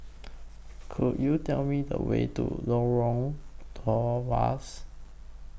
Could YOU Tell Me The Way to Lorong Tawas